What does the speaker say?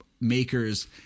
makers